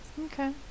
Okay